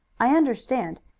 i understand.